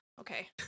Okay